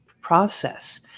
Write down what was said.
process